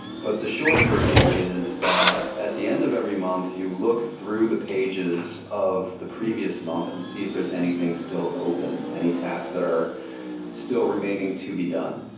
but the short version is that at the end of every month, you look through the pages of the previous month and see if there's anything still open, any tasks that are still remaining to be done.